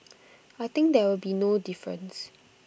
I think there will be no difference